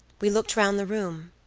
we looked round the room.